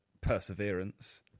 perseverance